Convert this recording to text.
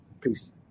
peace